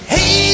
Hey